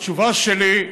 התשובה שלי,